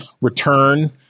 return